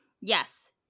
Yes